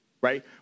right